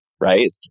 right